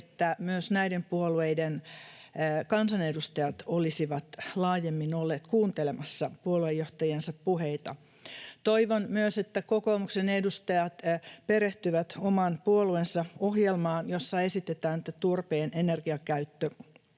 että myös näiden puolueiden kansanedustajat olisivat laajemmin olleet kuuntelemassa puoluejohtajiensa puheita. Toivon myös, että kokoomuksen edustajat perehtyvät oman puolueensa ohjelmaan, jossa esitetään, että turpeen energiakäyttö